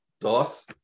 DOS